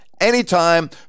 anytime